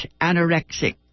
anorexic